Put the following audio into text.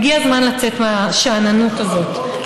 הגיע הזמן לצאת מהשאננות הזאת,